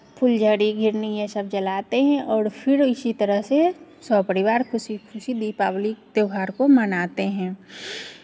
फुलझड़ी घिरनी ये सब जलाते हैं और फिर उसी तरह से सपरिवार खुशी खुशी दीपावली के त्योहार को मनाते हैं